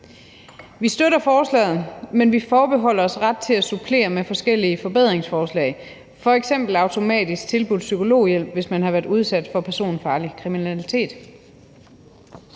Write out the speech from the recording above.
Vi støtter forslaget, men vi forbeholder os retten til at supplere med forskellige forbedringsforslag, f.eks. automatisk tilbud om psykologhjælp, hvis man har været udsat for personfarlig kriminalitet.